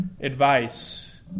advice